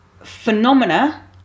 Phenomena